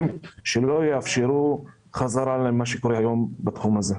שלא יאפשרו חזרה למה שקורה היום בתחום הזה.